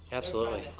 absolutely?